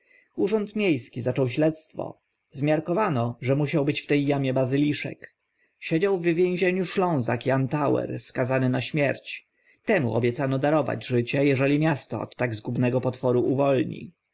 urząd mie ski zaczął śledztwo zmiarkowano że musiał był w te amie bazyliszek siedział w więzieniu szlązak jan tauer skazany na śmierć temu obiecano darowanie życia eżeli miasto od tak zgubnego potworu uwolni